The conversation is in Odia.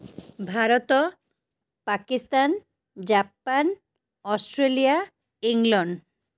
Bharat Pakistan Japan Australia England